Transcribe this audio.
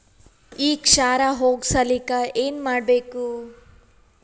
ಈ ಕ್ಷಾರ ಹೋಗಸಲಿಕ್ಕ ಏನ ಮಾಡಬೇಕು?